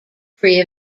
free